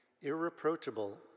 irreproachable